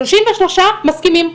שלושים ושלושה מסכימים.